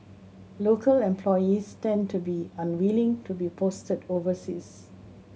local employees tend to be unwilling to be posted overseas